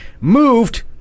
Moved